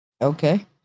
Okay